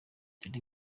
dore